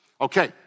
Okay